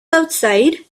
outside